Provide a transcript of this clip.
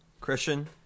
Christian